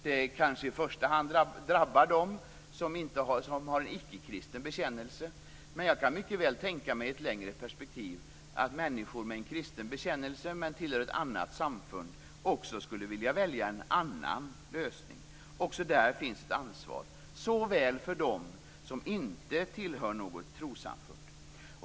Det kanske i första hand drabbar dem som har en icke-kristen bekännelse, men i ett längre perspektiv kan jag mycket väl tänka mig att människor med en kristen bekännelse som tillhör ett annat samfund också skulle vilja välja en annan lösning. Där finns också ett ansvar för dem som inte tillhör något trossamfund.